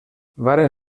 varen